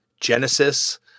Genesis